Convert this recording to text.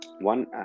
one